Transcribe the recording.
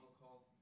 call